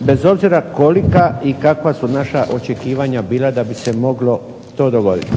bez obzira kolika i kakva su naša očekivanja bila da bi se moglo to dogoditi.